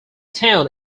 town